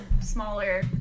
smaller